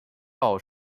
奥地利